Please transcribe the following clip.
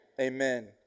amen